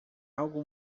algo